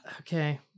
Okay